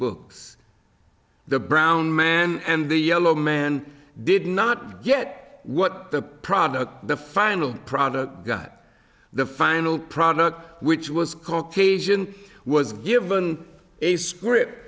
books the brown man and the yellow man did not get what the product the final product god the final product which was caucasian was given a s